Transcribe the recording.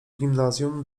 gimnazjum